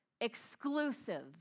exclusive